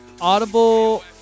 Audible